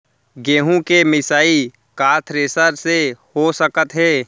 गेहूँ के मिसाई का थ्रेसर से हो सकत हे?